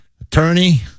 attorney